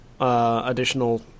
Additional